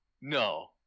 no